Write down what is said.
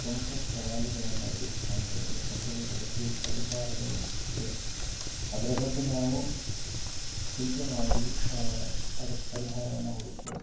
ಪ್ರಮುಖ ಸವಾಲುಗಳನ್ನ ಎದುರಿಸ್ತಾ ಇದ್ದೇವೆ ಯಾಕಂಥೇಳಿದ್ರೆ ಅದಕ್ಕೆ ಪರಿಹಾರಗಳು ಇದೆ ಅದರ ಬಗ್ಗೆ ನಾವು ಚಿಂತೆ ಮಾಡಿ ಅದಕ್ಕೆ ಪರಿಹಾರವನ್ನು ಹುಡುಕೋದು